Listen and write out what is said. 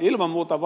ilman muuta